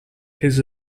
his